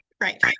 right